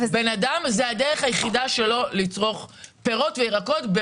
זה הדרך היחידה של אדם לצרוך פירות וירקות,